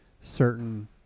certain